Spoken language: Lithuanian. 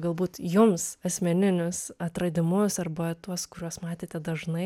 galbūt jums asmeninius atradimus arba tuos kuriuos matėte dažnai